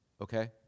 okay